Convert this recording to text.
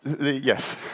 Yes